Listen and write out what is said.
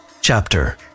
chapter